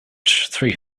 three